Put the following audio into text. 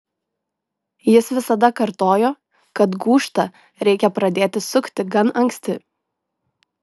jis visada kartojo kad gūžtą reikia pradėti sukti gan anksti